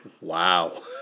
Wow